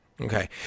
okay